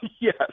Yes